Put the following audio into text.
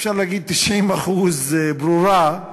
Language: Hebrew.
אפשר להגיד 90% ברורה,